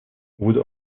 would